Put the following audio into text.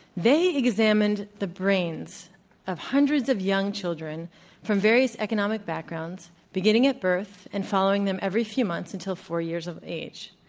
they examined the brains of hundreds of young children from various economic backgrounds, beginning at birth and following them every few months until four years of age.